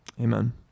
Amen